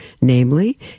namely